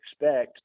expect